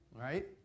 Right